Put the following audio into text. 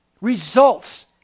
results